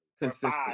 consistent